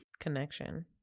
Connection